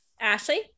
Ashley